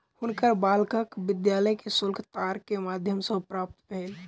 हुनकर बालकक विद्यालय के शुल्क तार के माध्यम सॅ प्राप्त भेल